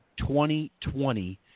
2020